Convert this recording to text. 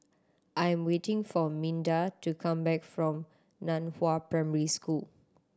I am waiting for Minda to come back from Nan Hua Primary School